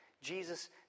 Jesus